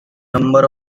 number